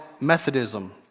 Methodism